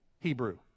Hebrew